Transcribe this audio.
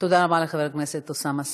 תודה רבה לחבר הכנסת אוסאמה סעדי.